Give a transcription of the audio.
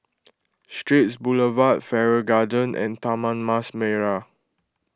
Straits Boulevard Farrer Garden and Taman Mas Merah